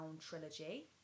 Trilogy